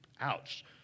Ouch